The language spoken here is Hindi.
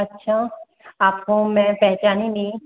अच्छा आप को मैं पहचानी नहीं